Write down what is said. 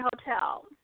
Hotel